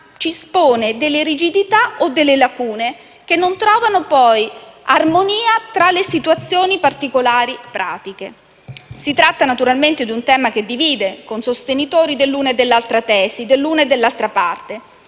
si espone a rigidità o lacune, che non trovano, poi, armonia nelle situazioni particolari e pratiche. Si tratta naturalmente di un tema che divide, con sostenitori dell'una o dell'altra tesi, dell'una o dell'altra parte.